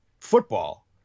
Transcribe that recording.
football